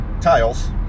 tiles